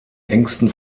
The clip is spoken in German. engsten